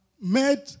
made